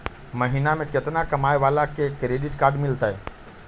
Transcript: महीना में केतना कमाय वाला के क्रेडिट कार्ड मिलतै?